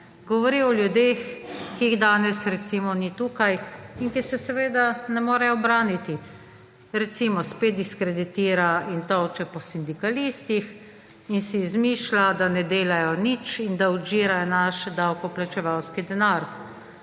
Govori o ljudeh, ki jih danes, recimo, ni tukaj in ki se seveda ne morejo braniti. Recimo, spet diskreditira in tolče po sindikalistih in si izmišlja, da ne delajo nič in da odžirajo naš davkoplačevalski denar.